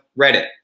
Reddit